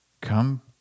Come